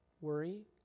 worry